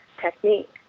technique